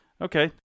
Okay